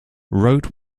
wrote